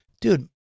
Dude